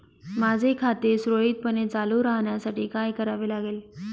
माझे खाते सुरळीतपणे चालू राहण्यासाठी काय करावे लागेल?